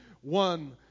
one